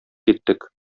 киттек